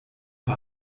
bei